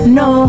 no